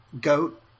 GOAT